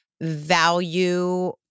value